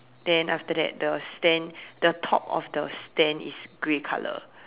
then after that the stand the top of the stand is gray color